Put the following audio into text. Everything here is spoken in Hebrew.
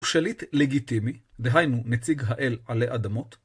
הוא שליט לגיטימי, דהיינו - נציג האל עלי אדמות.